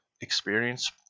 experience